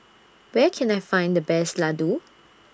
Where Can I Find The Best Ladoo